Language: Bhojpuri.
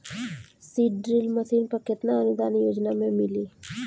सीड ड्रिल मशीन पर केतना अनुदान योजना में मिली?